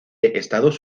estados